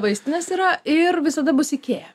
vaistinės yra ir visada bus ikea